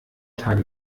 tage